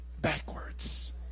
backwards